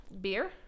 beer